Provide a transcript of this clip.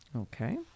okay